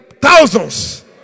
thousands